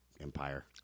Empire